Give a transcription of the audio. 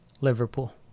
Liverpool